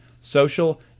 social